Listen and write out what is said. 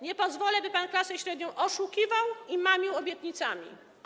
Nie pozwolę, by pan klasę średnią oszukiwał i mamił obietnicami.